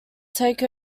take